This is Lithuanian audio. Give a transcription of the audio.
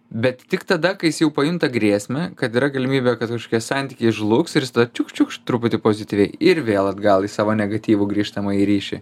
bet tik tada kai jis jau pajunta grėsmę kad yra galimybė kad kažkokie santykiai žlugs ir jis tada čiukšt čiukšt truputį pozityviai ir vėl atgal į savo negatyvų grįžtamąjį ryšį